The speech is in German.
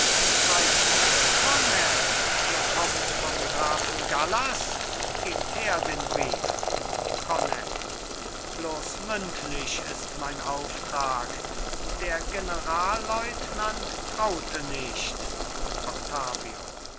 seid ihrs kornett ihr kommt vom grafen gallas gebt her den brief kornett bloß mündlich ist mein auftrag der generalleutnant traute nicht octavio